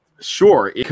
sure